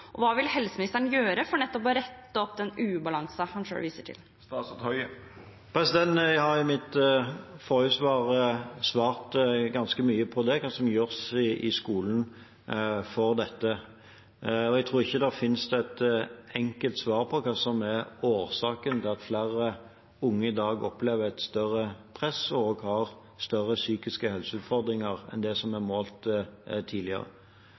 og hva vil helseministeren gjøre for nettopp å rette opp den ubalansen som han selv viser til? Jeg sa i mitt forrige svar ganske mye om hva som gjøres i skolen for dette. Jeg tror ikke det finnes et enkelt svar på hva som er årsaken til at flere unge i dag opplever et større press og har større psykiske helseutfordringer enn det som er målt tidligere.